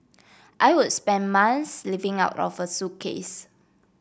I would spend months living out of a suitcase